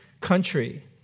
country